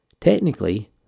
Technically